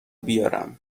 بیارم